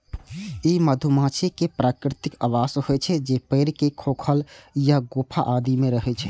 ई मधुमाछी के प्राकृतिक आवास होइ छै, जे पेड़ के खोखल या गुफा आदि मे रहै छै